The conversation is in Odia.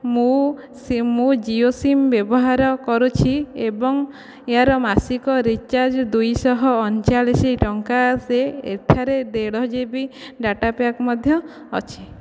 ମୁଁ ସିମ୍ ଜିଓ ସିମ୍ ବ୍ୟବହାର କରୁଛି ଏବଂ ୟାର ମାସିକ ରିଚାର୍ଜ ଦୁଇଶହ ଅଣଚାଳିଶ ଟଙ୍କା ଆସେ ଏଠାରେ ଦେଢ଼ ଜି ବି ଡାଟା ପ୍ୟାକ୍ ମଧ୍ୟ ଅଛି